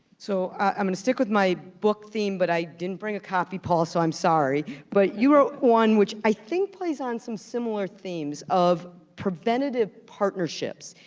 so i'm gonna stick with my book theme, but i didn't bring a copy, paul, so i'm sorry, but you wrote one which i think plays on some similar themes of preventative partnerships,